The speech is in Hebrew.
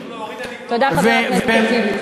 תודה, חבר הכנסת טיבי.